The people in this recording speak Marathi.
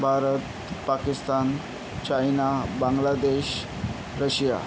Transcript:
Bharat Pakistan China Bangladesh Russia